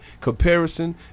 Comparison